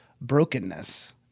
brokenness